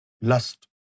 lust